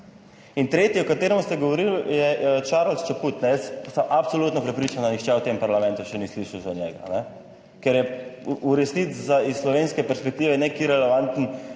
In tretje, o katerem ste govorili je Charles / nerazumljivo/. Jaz sem absolutno prepričan, da nihče v tem parlamentu še ni slišal za njega, ker je v resnici za iz slovenske perspektive nek irelevanten